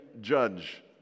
judge